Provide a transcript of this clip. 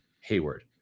Hayward